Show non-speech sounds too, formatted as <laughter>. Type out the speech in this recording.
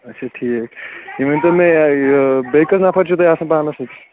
اَچھا ٹھیٖک یہِ ؤنۍتو مےٚ <unintelligible> بیٚیہِ کٔژ نفر چھُو تۄہہِ آسان پانَس سۭتۍ